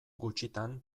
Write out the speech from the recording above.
gutxitan